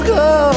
go